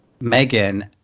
Megan